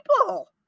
people